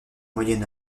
moyen